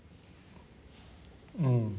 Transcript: mm